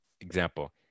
example